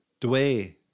Dway